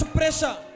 pressure